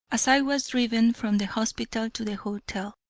as i was driven from the hospital to the hotel.